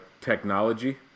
technology